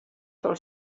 del